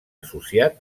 associat